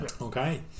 Okay